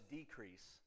decrease